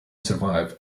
survive